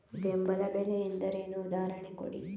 ಬೆಂಬಲ ಬೆಲೆ ಎಂದರೇನು, ಉದಾಹರಣೆ ಕೊಡಿ?